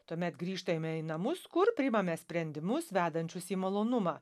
tuomet grįžtame į namus kur priimame sprendimus vedančius į malonumą